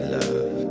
love